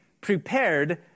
prepared